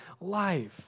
life